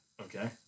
Okay